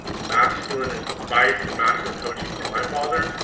masculine and bias and masculine coaching from my father.